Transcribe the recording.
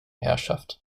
herrschaft